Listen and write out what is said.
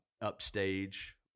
upstage